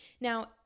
Now